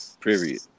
period